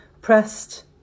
pressed